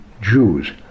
Jews